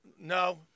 No